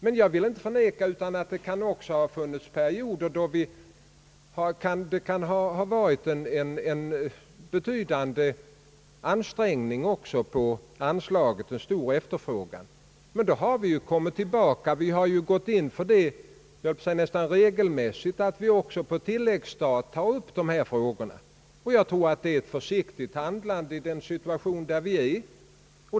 Men jag vill inte förneka att det kan ha funnits perioder då det varit stor efterfrågan på lån ur anslaget, men då har vi kommit tillbaka. Vi har gått in för nästan regelmässigt att också på tilläggsstat ta upp dessa frågor. Jag tror att det är försiktigt handlat i nuvarande situation.